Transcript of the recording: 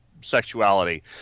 sexuality